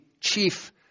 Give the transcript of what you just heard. chief